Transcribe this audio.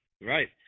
Right